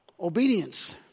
Obedience